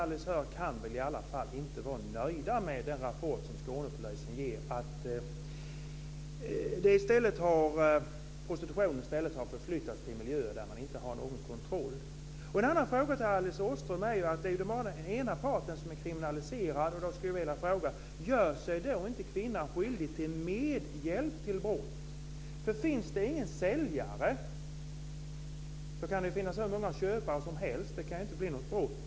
Åström hör, kan i alla fall inte vara nöjda med den rapport som Skånepolisen ger, att prostitutionen i stället har flyttat till miljöer där man inte har någon kontroll. En annan fråga till Alice Åström. Det är bara den ena partens gärning som är kriminaliserad. Gör det inte kvinnan skyldig till medhjälp till brott? Finns det ingen säljare kan det finnas hur många köpare som helst men det kan inte bli något brott.